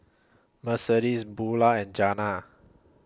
Mercedes Bulah and Jana